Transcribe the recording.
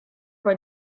bei